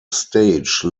stage